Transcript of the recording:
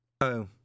Oh